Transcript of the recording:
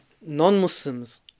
Non-Muslims